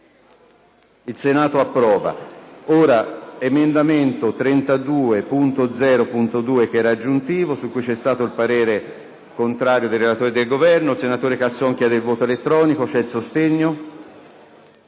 Il Senato approva.